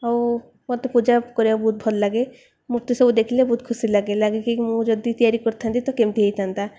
ଆଉ ମୋତେ ପୂଜା କରିବାକୁ ବହୁତ ଭଲ ଲାଗେ ମୂର୍ତ୍ତି ସବୁ ଦେଖିଲେ ବହୁତ ଖୁସି ଲାଗେ ଲାଗେ କି ମୁଁ ଯଦି ତିଆରି କରିଥାନ୍ତି ତ କେମିତି ହେଇଥାନ୍ତା